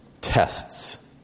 tests